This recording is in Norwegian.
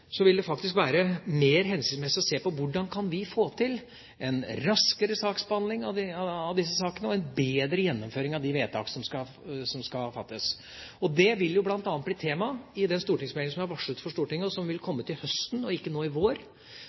vil det faktisk være mer hensiktsmessig å se på hvordan vi kan få til en raskere behandling av disse sakene og en bedre gjennomføring av de vedtak som skal fattes. Det vil jo bl.a. bli tema i den stortingsmeldingen som er varslet for Stortinget, og som vil komme til høsten og ikke nå i vår,